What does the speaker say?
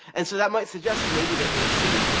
and, so, that might suggest, maybe, that they see,